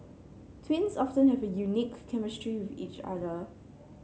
twins often have a unique chemistry with each other